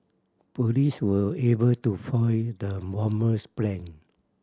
police were able to foil the bomber's plan